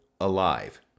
alive